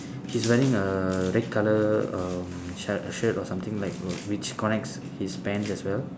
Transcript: he's wearing a red colour um shirt shirt or something like which connects his pants as well